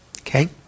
Okay